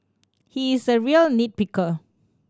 he is a real nit picker